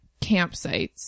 campsites